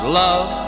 love